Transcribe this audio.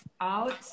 out